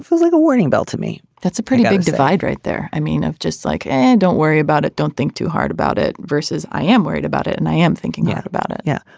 like a warning bell to me that's a pretty big divide right there. i mean of just like and don't worry about it. don't think too hard about it. versus i am worried about it and i am thinking out about it yeah.